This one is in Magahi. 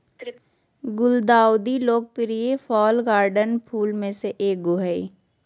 गुलदाउदी लोकप्रिय फ़ॉल गार्डन फूल में से एगो हइ